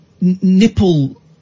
nipple